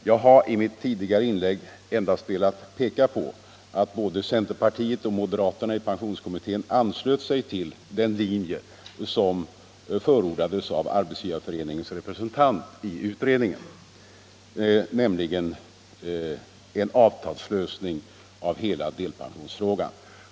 Jag har i mitt tidigare inlägg endast velat peka på att både centerpartiet och moderaterna i pensionskommittén anslöt sig till den linje som förordades av Arbetsgivareföreningens representant i utredningen, nämligen en avtalslösning av hela delpensionsfrågan.